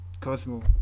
cosmo